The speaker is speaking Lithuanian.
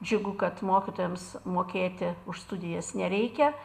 džiugu kad mokytojams mokėti už studijas nereikia